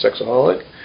sexaholic